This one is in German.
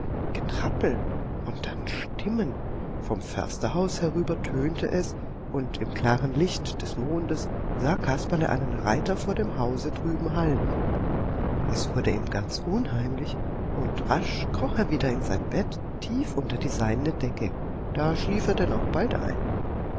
getrappel und dann stimmen vom försterhaus herüber tönte es und im klaren licht des mondes sah kasperle einen reiter vor dem hause drüben halten es wurde ihm ganz unheimlich und rasch kroch er wieder in sein bett tief unter die seidene decke da schlief er denn auch bald ein